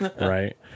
Right